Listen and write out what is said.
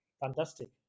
fantastic